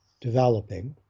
developing